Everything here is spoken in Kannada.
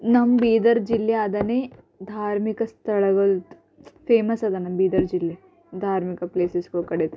ನಮ್ಮ ಬೀದರ್ ಜಿಲ್ಲೆ ಅದಾನೆ ಧಾರ್ಮಿಕ ಸ್ಥಳಗಳು ಫೇಮಸ್ ಅದ ನಮ್ಮ ಬೀದರ್ ಜಿಲ್ಲೆ ಧಾರ್ಮಿಕ ಪ್ಲೇಸಸ್ಗಳ ಕಡೆ